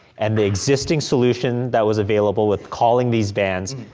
and the existing solution that was available with calling these vans,